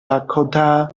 dakota